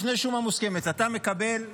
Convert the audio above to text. לפני שומה מוסכמת אתה מקבל שומה.